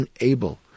unable